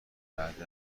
بعد